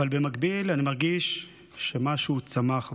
אבל במקביל אני מרגיש שמשהו צמח בנו.